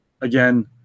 again